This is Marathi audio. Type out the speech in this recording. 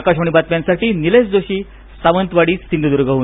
आकाशवाणी बातम्यांसाठी निलेश जोशी सावंतवाडी सिंधुद्गातून